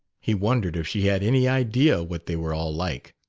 he wondered if she had any idea what they were all like.